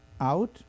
out